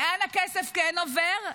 לאן הכסף כן עובר?